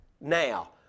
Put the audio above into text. now